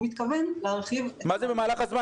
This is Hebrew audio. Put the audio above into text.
מתכוון להרחיב --- מה זה "במהלך הזמן"?